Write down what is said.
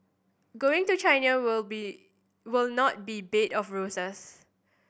going to China will be will not be a bed of roses